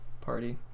party